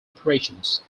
operations